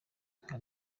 nka